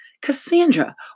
Cassandra